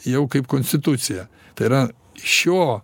jau kaip konstitucija tai yra šio